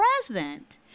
president